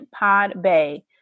Podbay